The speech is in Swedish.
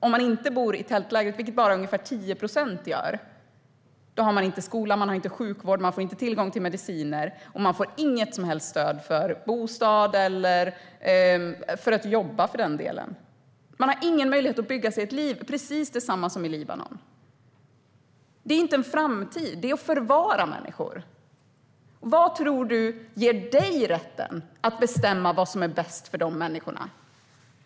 Om man inte bor i tältläger, vilket bara ungefär 10 procent gör, har man ingen skola och ingen sjukvård, och man får inte tillgång till mediciner. Man får inget som helst stöd för bostad eller för att jobba, för den delen. Man har ingen möjlighet att bygga sig ett liv, och det är precis detsamma i Libanon. Detta är inte en framtid, utan det är att förvara människor. Vad tror du ger dig rätten att bestämma vad som är bäst för de här människorna?